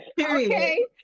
Okay